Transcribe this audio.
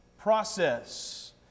process